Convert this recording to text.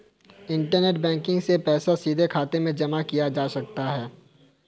internet banking से पैसा सीधे खाते में जमा किया जा सकता है